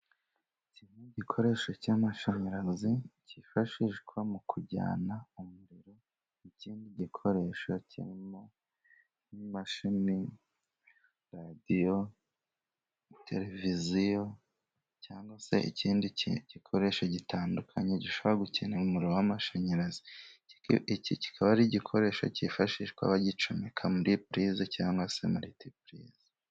Kimwe ni igikoresho cy'amashanyarazi cyifashishwa mu kujyana umuriro. Ikindi gikoresho kirimo imashini, radiyo, televiziyo cyangwa se ikindi gikoresho gitandukanye gishobora gukenera umuriro w'amashanyarazi. Iki kikaba ari igikoresho cyifashishwa bagicomeka muri plise cyangwa se muritiplise.